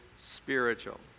spiritual